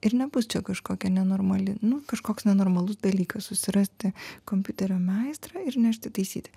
ir nebus čia kažkokia nenormali nu kažkoks nenormalus dalykas susirasti kompiuterio meistrą ir nešti taisyti